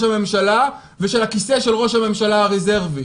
הממשלה ושל הכיסא של ראש הממשלה הרזרבי?